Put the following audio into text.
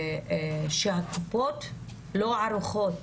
אני רק אצמצם לחלק הזה שבעצם כשהגעתי